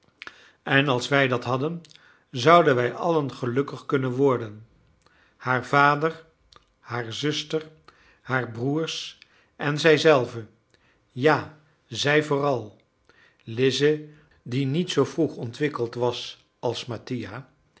en als wij dat hadden zouden wij allen gelukkig kunnen worden haar vader hare zuster hare broers en zij zelve ja zij vooral lize die niet zoo vroeg ontwikkeld was als mattia